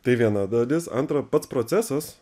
tai viena dalis antra pats procesas